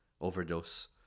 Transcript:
overdose